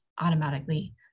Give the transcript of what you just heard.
automatically